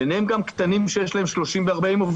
ביניהם גם עסקים קטנים שיש להם 40-30 עובדים,